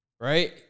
Right